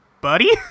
buddy